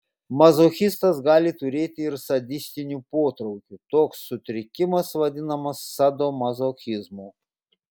mazochistas gali turėti ir sadistinių potraukių toks sutrikimas vadinamas sadomazochizmu